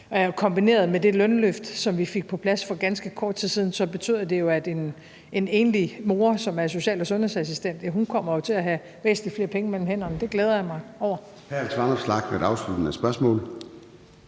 kombineret med det lønløft, som vi fik på plads for ganske kort tid siden, betyder, at en enlig mor, som er social- og sundhedsassistent, kommer til at have væsentlig flere penge mellem hænderne. Det glæder jeg mig over.